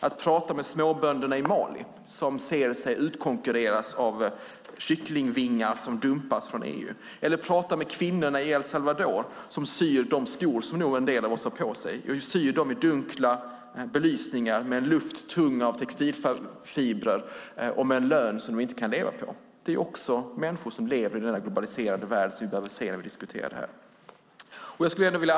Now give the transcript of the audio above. Det handlar om småbönderna i Mali, som ser sig utkonkurreras av kycklingvingar som dumpas från EU, eller om kvinnorna i El Salvador, som syr de skor som nog en del av oss har på sig. De syr dem i dunkel belysning i en luft som är tung av textilfibrer och med en lön som de inte kan leva på. Det är också människor som lever i denna globaliserade värld som vi behöver se när vi diskuterar detta.